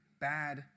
bad